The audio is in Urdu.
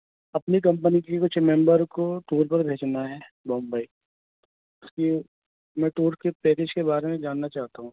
اپنی کمپنی کی کچھ ممبر کو ٹور پر بھیجنا ہے بمبئی اس کی میں ٹور کے پریش کے بارے میں جاننا چاہتا ہوں